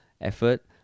effort